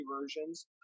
versions